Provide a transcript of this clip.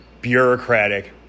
bureaucratic